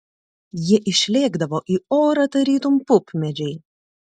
jie išlėkdavo į orą tarytum pupmedžiai